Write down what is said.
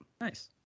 Nice